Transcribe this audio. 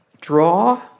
draw